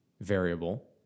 variable